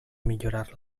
millorar